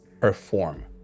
perform